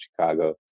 Chicago